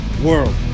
world